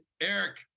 Eric